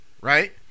right